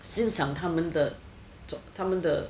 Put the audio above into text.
欣赏他们的总他们的